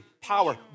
power